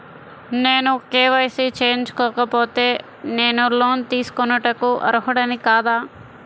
నేను కే.వై.సి చేయించుకోకపోతే నేను లోన్ తీసుకొనుటకు అర్హుడని కాదా?